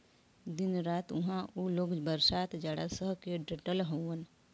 दिन रात उहां उ लोग बरसात जाड़ा सह के डटल हउवन